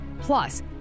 Plus